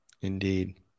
Indeed